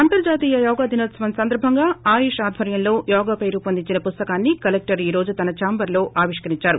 అంతర్లాతీయ యోగ దినోత్సవం సందర్భంగా ఆయుష్ ఆధ్వర్యంలో యోగపై రూపొందించిన పుస్తకాన్ని కలెక్షర్ ఈ రోజు తోన ఛాంబరులో ఆవిష్కరించారు